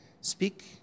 Speak